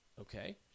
Okay